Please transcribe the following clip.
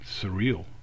surreal